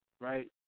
right